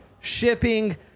shipping